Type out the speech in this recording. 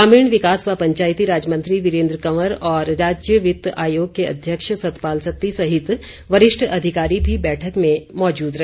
ग्रामीण विकास व पंचायतीराज मंत्री वीरेंद्र कंवर और राज्य वित्त आयोग के अध्यक्ष सतपाल सत्ती सहित वरिष्ठ अधिकारी भी बैठक में मौजूद रहे